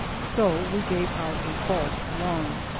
so we gave out a false alarm.